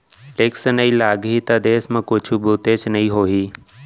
tax नइ लगाही त देस म कुछु बुतेच नइ होही